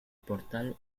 portal